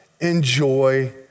enjoy